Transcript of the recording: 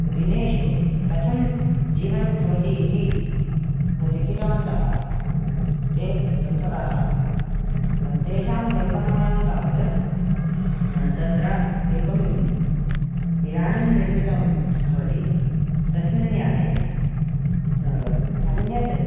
दिनेषु कथं जीवनं भवति इति लिखितवन्तः ते ग्रन्थकाराः तेषां कल्पनायां तावत् तत्र एकं यानं निर्मितं भवति तस्मिन् याने अन्यत्